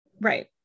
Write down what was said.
Right